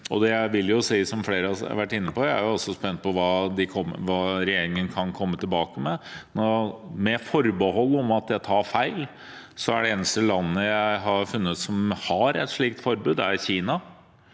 jeg er spent på hva regjeringen kan komme tilbake med. Med forbehold om at jeg tar feil, er Kina det eneste landet jeg har funnet som har et slikt forbud, et